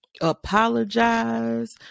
apologize